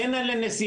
אין על הנסיעות,